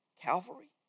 Calvary